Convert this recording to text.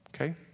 Okay